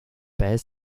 bears